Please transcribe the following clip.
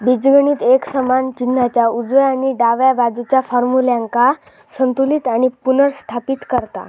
बीजगणित एक समान चिन्हाच्या उजव्या आणि डाव्या बाजुच्या फार्म्युल्यांका संतुलित आणि पुनर्स्थापित करता